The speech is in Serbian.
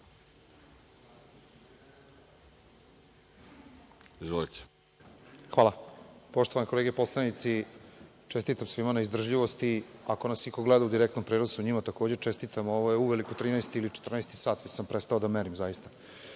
Đurić** Hvala. Poštovane kolege poslanici, čestitam svima na izdržljivosti. Ako nas iko gleda u direktnom prenosu, njima takođe čestitam. Ovo je uveliko 13 ili 14 sat, već sam prestao da merim.